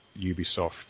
Ubisoft